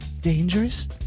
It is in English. dangerous